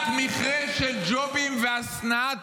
רק מכרה של ג'ובים והשנאת יהדות.